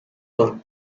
con